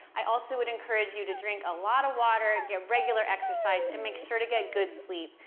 i also would encourage you to drink a lot of water, get regular exercise, and make sure to get good sleep,